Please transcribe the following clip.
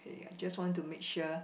ya just want to make sure